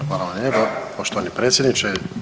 Hvala vam lijepa poštovani predsjedniče.